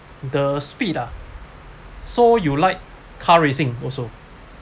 the speed ah so you like car racing also